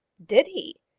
did he?